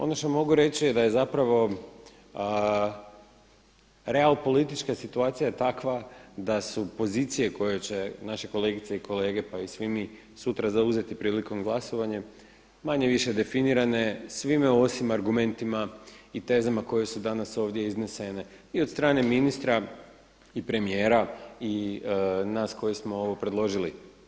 Ono što mogu reći da je zapravo, real političke situacije je takva da su pozicije koje će naše kolegice i kolege, pa i svi mi, sutra zauzeti prilikom glasovanja manje-više definirane svime osim argumentima i tezama koje su danas ovdje iznesene i od strane ministra i premijera i nas koji smo ovo predložili.